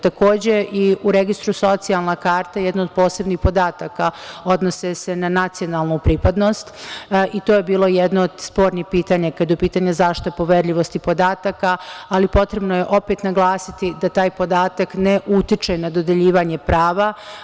Takođe i u Registru socijalna karta jedna od posebnih podataka odnose se na nacionalnu pripadnost i to je bilo jedno od spornih pitanja kada je u pitanju zaštita poverljivosti podataka, ali potrebno je opet naglasiti da taj podatak ne utiče na dodeljivanje prava.